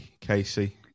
Casey